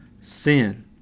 sin